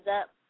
up